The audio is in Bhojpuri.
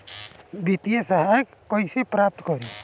वित्तीय सहायता कइसे प्राप्त करी?